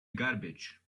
garbage